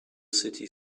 city